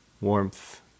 warmth